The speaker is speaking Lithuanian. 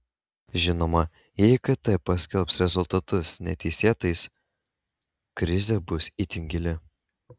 žinoma jei kt paskelbs rezultatus neteisėtais krizė bus itin gili